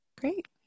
Great